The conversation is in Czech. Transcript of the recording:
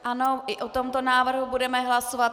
Ano, i o tomto návrhu budeme hlasovat.